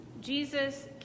Jesus